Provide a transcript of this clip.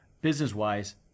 business-wise